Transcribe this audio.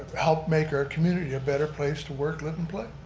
help make our community a better place to work, live and play.